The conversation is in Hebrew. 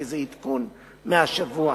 כי זה עדכון מהשבוע.